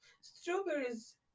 strawberries